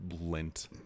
lint